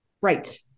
Right